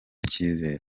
icyizere